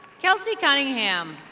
kelsey cunningham.